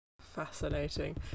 fascinating